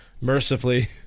mercifully